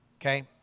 okay